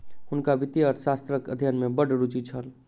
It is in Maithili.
हुनका वित्तीय अर्थशास्त्रक अध्ययन में बड़ रूचि छल